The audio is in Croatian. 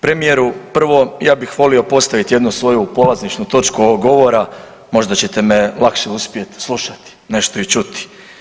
Premijeru, prvo, ja bih volio postaviti jednu svoju polazišnu točku ovog govora, možda ćete me lakše uspjeti slušati, nešto i čuti.